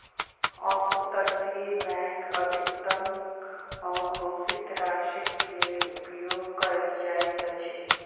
up तटीय bank अधिकतम अघोषित राशिक लेल उपयोग कयल जाइत अछि